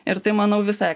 ir tai manau visai